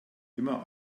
immer